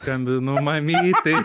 skambinu mamytei